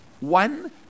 one